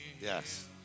Yes